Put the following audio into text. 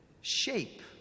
shape